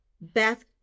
Beth